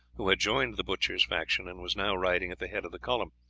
who had joined the butchers' faction and was now riding at the head of the column,